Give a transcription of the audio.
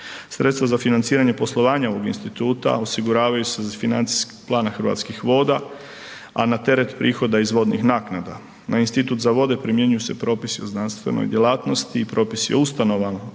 Sredstva za financiranje poslovanja ovog instituta osiguravaju se iz financijskog plana Hrvatskih voda, a na teret prihoda iz vodnih naknada. Na institut za vode primjenjuju se propisi o znanstvenoj djelatnosti i propisi o ustanovama.